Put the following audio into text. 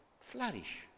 flourish